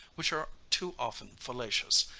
which are too often fallacious,